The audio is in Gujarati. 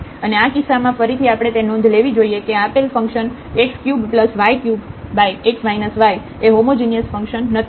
અને આ કિસ્સામાં ફરીથી આપણે તે નોંધ લેવી જોઈએ કે આ આપેલ ફંક્શન x3y3x y એ હોમોજિનિયસ ફંક્શન નથી